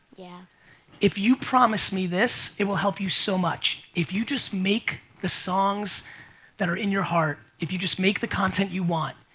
yeah if you promise me this it will help you so much. if you just make the songs that are in your heart, if you just make the content you want.